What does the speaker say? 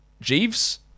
Jeeves